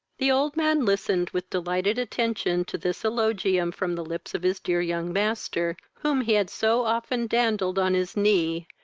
the old man listened with delighted attention to this eulogium from the lips of his dear young master, whom he had so often dandled on his knee,